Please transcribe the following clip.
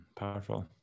powerful